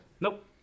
Nope